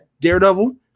daredevil